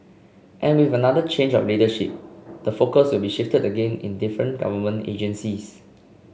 and with another change of leadership the focus will be shifted again in different government agencies